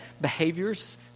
behaviors